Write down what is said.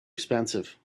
expensive